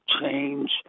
change